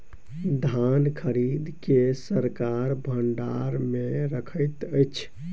धान खरीद के सरकार भण्डार मे रखैत अछि